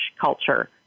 culture